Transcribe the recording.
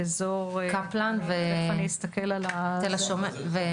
את אזור --- קפלן ואסף הרופא?